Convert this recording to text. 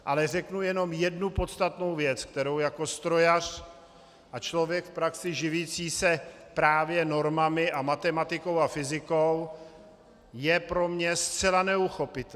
Ale řeknu jenom jednu podstatnou věc, kterou jako strojař a člověk v praxi živící se právě normami a matematikou a fyzikou, je pro mě zcela neuchopitelné.